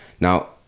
Now